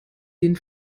den